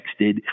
texted